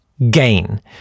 gain